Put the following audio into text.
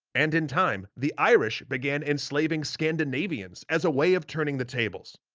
and in time, the irish began enslaving scandinavians as a way of turning the tables.